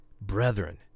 brethren